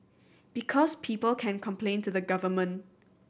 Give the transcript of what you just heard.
because people can complain to the government